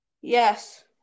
Yes